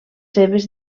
seves